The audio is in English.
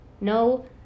No